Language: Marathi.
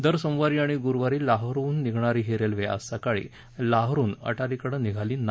दर सोमवारी आणि गुरुवारी लाहोरहून निघणारी ही रेल्वे आज सकाळी लाहोरहून अटारीकडे निघाली नाही